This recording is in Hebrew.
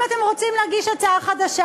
אם אתם רוצים להגיש חדשה,